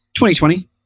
2020